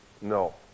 No